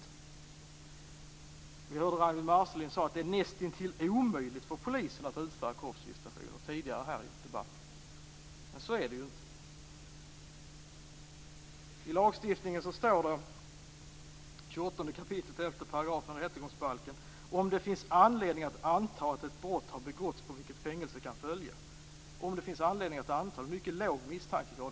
Vi hörde Ragnwi Marcelind tidigare här i debatten säga att det är näst intill omöjligt för polisen att utföra kroppsvisitation. Men så är det inte. om det finns anledning att anta att ett brott har begåtts på vilket fängelse kan följa. Om det finns anledning att anta - det är en mycket låg misstankegrad.